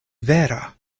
vera